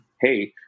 Hey